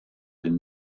den